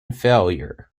failure